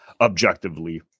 Objectively